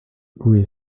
louis